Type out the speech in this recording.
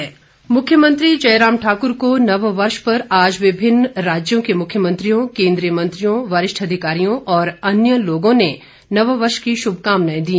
मुख्यमंत्री मुख्यमंत्री जयराम ठाकुर को नववर्ष पर आज विभिन्न राज्यों के मुख्यमंत्रियों केंद्रीय मंत्रियों वरिष्ठ अधिकारियों और अन्यों लोगों ने नववर्ष की शुभकामनाएं दी